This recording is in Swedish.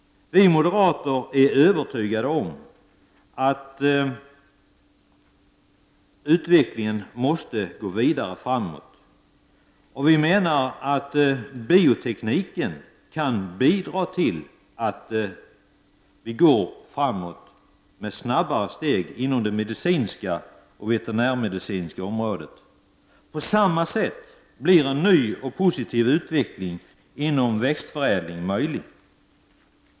Vi moderater är övertygade om att utvecklingen måste gå vidare, och vi menar att biotekniken kan bidra till att den kan ta snabbare steg framåt inom de medicinska och veterinärmedicinska områdena. På samma sätt blir en ny och positiv utveckling möjlig inom växtförädlingen.